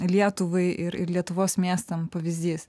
lietuvai ir lietuvos miestam pavyzdys